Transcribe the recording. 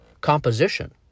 composition